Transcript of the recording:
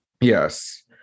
yes